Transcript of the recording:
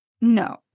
No